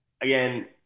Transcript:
again